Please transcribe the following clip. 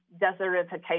desertification